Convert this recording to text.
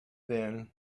then